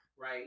right